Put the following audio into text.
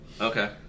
Okay